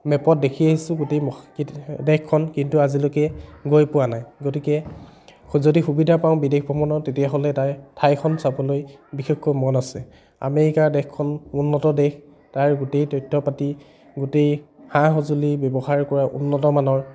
মেপত দেখি আহিছোঁ গোটেই দেশখন কিন্তু আজিলৈকে গৈ পোৱা নাই গতিকে যদি সুবিধা পাওঁ বিদেশ ভ্ৰমণৰ তেতিয়াহ'লে তাই ঠাইখন চাবলৈ বিশেষকৈ মন আছে আমেৰিকাৰ দেশখন উন্নত দেশ তাৰ গোটেই তথ্য পাতি গোটেই সা সঁজুলি ব্যৱসায় কৰা উন্নতমানৰ